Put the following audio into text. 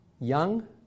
young